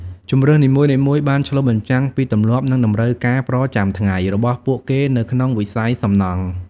ជម្រើសនីមួយៗបានឆ្លុះបញ្ចាំងពីទម្លាប់និងតម្រូវការប្រចាំថ្ងៃរបស់ពួកគេនៅក្នុងវិស័យសំណង់។